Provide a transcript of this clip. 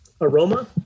Aroma